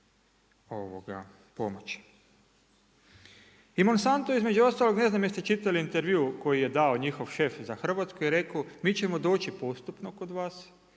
velika pomoć. I Monsantno između ostalog, ne znam jeste li čitali intervju koji je dao njihov šef za Hrvatsku, je rekao mi ćemo doći postupno kod vas.